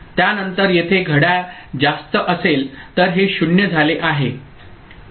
त्यानंतर येथे घड्याळ जास्त असेल तर हे 0 झाले आहे 1 हे 1 झाले आहे